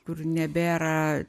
kur nebėra